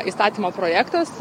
įstatymo projektas